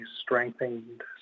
strengthened